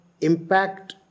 impact